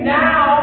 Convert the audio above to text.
now